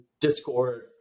Discord